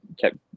kept